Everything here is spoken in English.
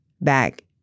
back